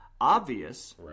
Obvious